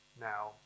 now